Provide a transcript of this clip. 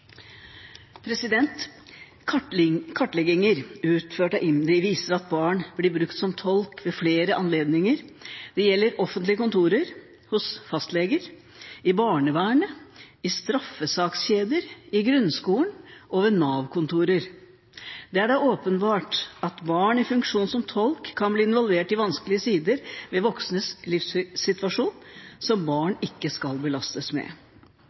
hos fastleger, i barnevernet, i straffesakskjeder, i grunnskolen og ved Nav-kontorer, der det er åpenbart at barn i funksjon som tolk kan bli involvert i vanskelige sider ved voksnes livssituasjon, som barn ikke skal belastes med.